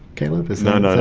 caleb? is that and